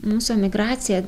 mūsų migracija